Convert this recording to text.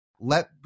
let